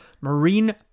Marine